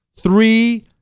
Three